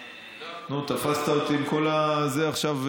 תפסת אותי עם כל זה עכשיו,